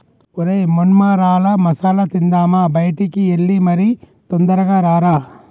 ఒరై మొన్మరాల మసాల తిందామా బయటికి ఎల్లి మరి తొందరగా రారా